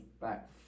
back